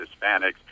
Hispanics